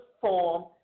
form